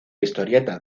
historietas